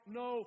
no